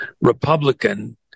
republican